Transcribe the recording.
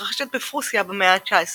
המתרחשת בפרוסיה במאה ה-19,